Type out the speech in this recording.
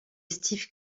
steve